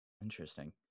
interesting